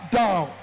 down